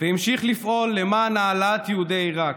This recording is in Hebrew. והמשיך לפעול למען העלאת יהודי עיראק,